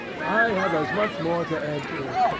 i have as much more to add to it.